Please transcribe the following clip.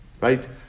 Right